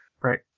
Right